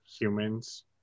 humans